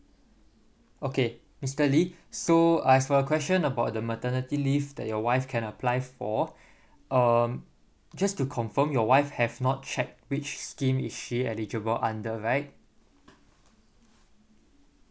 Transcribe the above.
okay mister lee so as for question about the maternity leave that your wife can apply for um just to confirm your wife have not checked which scheme is she eligible under right